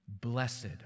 blessed